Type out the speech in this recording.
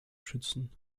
schützen